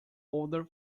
older